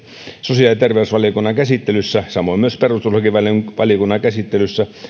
sosiaali ja terveysvaliokunnan käsittelyssä samoin myös perustuslakivaliokunnan käsittelyssä